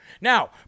Now